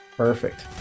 Perfect